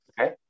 okay